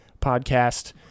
podcast